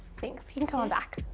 thanks, you can come on back.